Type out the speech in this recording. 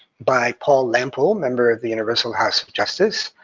by paul lample, member of the universal house of justice,